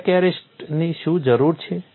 crack અરેસ્ટની શું જરૂર છે